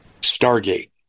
Stargate